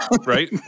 right